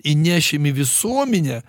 įnešim į visuomenę